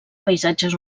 paisatges